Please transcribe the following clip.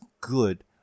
good